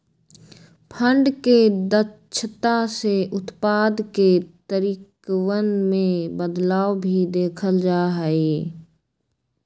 fund के दक्षता से उत्पाद के तरीकवन में बदलाव भी देखल जा हई